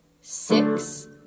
six